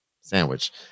sandwich